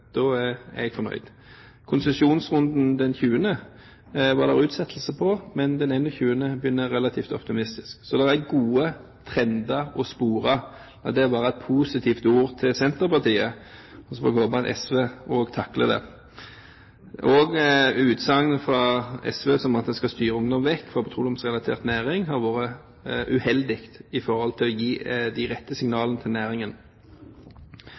Da er jeg fornøyd. Det var utsettelse på 20. konsesjonsrunde, men den 21. begynner relativt optimistisk. Så det er gode trender å spore – det var et positivt ord til Senterpartiet, så får vi håpe at SV også takler det. Utsagn fra SV om at en skal styre ungdom vekk fra petroleumsrelatert næring, har vært uheldig i forhold til å gi de rette signalene til næringen.